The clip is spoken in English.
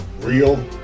real